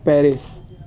Paris